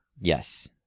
Yes